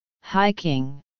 Hiking